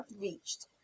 reached